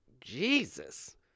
Jesus